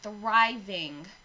thriving